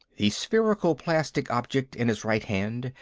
the spherical plastic object in his right hand,